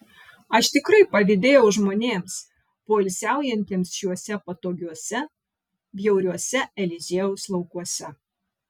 aš tikrai pavydėjau žmonėms poilsiaujantiems šiuose patogiuose bjauriuose eliziejaus laukuose